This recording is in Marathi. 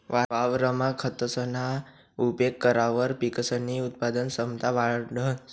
वावरमा खतसना उपेग करावर पिकसनी उत्पादन क्षमता वाढंस